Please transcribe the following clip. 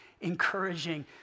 encouraging